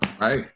Right